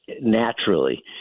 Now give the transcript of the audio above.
naturally